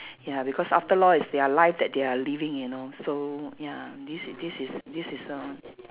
ya because after all it's their life that they are living and also ya this is this is this is a